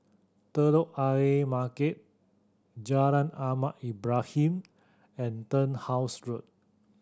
Telok Ayer Market Jalan Ahmad Ibrahim and Turnhouse Road